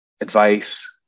advice